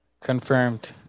Confirmed